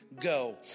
go